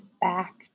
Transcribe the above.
back